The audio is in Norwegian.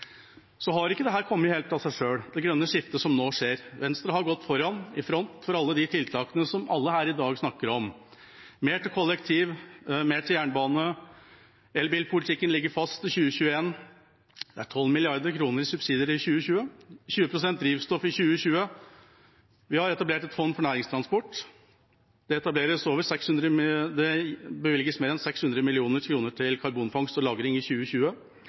Det grønne skiftet som nå skjer, har ikke kommet helt av seg selv. Venstre har gått foran, i front, for alle de tiltakene som alle her i dag snakker om: mer til kollektiv mer til jernbane Elbilpolitikken ligger fast til 2021. Det er 12 mrd. kr i subsidier i 2020. 20 pst. fornybart drivstoff i 2020 Vi har etablert et fond for næringstransport. Det bevilges mer enn 600 mill. kr til karbonfangst og -lagring i 2020.